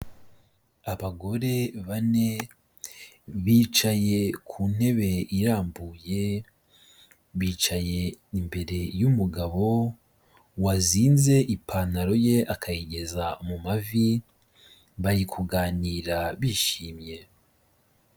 Abagore bane bicaye ku ntebe irambuye, bicaye imbere y'umugabo wazinze ipantaro ye akayigeza mu mavi bari kuganira bishimye.